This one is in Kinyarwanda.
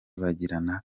bagirana